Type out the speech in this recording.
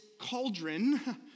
cauldron